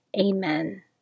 Amen